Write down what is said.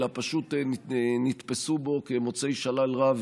אלא פשוט נתפסו בו כמוצאי שלל רב,